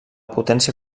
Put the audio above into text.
potència